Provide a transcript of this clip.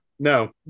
No